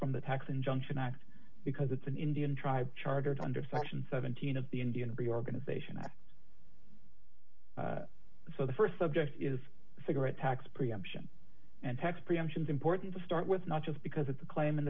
from the tax injunction act because it's an indian tribe chartered under section seventeen of the indian reorganization act so the st subject is cigarette tax preemption and tax preemptions important to start with not just because it's a claim in